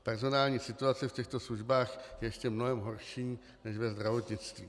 Personální situace v těchto službách je ještě mnohem horší než ve zdravotnictví.